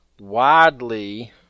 widely